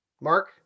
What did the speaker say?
Mark